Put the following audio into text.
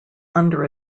under